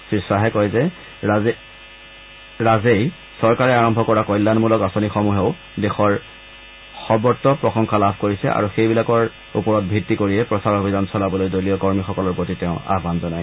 শ্ৰী খাহে কয় যে ৰাজেই চৰকাৰে আৰম্ভ কৰা কল্যাণমূলক আঁচনিসমূহেও দেশৰ সৰ্বত্ৰ প্ৰশংসা লাভ কৰিছে আৰু সেইবিলাকৰ ওপৰত ভিত্তি কৰিয়ে প্ৰচাৰ অভিযান চলাবলৈ দলীয় কৰ্মীসকলৰ প্ৰতি তেওঁ আহান জনায়